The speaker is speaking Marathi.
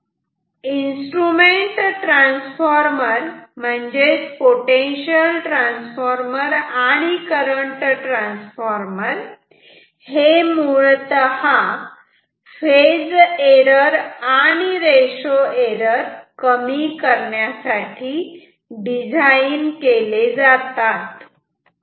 पण इन्स्ट्रुमेंट ट्रान्सफॉर्मर म्हणजे पोटेन्शियल ट्रांसफार्मर आणि करंट ट्रांसफार्मर हे मुळतः फेज एरर आणि रेशो एरर कमी करण्यासाठी डिझाईन केले जातात